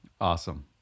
Awesome